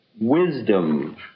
wisdom